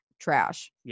trash